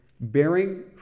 bearing